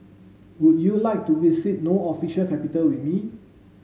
would you like to visit No official capital with me